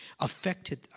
affected